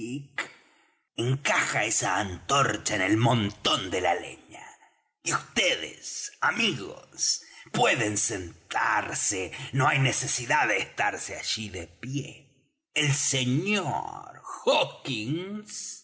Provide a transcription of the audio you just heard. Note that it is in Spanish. encaja esa antorcha en el montón de la leña y vds amigos pueden sentarse no hay necesidad de estarse allí de pie el señor